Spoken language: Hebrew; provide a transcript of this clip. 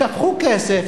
שפכו כסף,